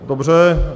Dobře.